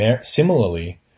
similarly